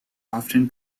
often